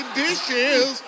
dishes